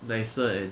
nicer and